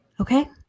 okay